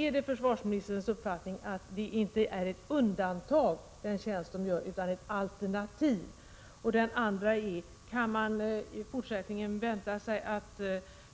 Är det försvarsministerns uppfattning att vapenfritjänstgöring inte är ett undantag från militärtjänstgöringen utan ett alternativ? 2. Kan man i fortsättningen vänta sig att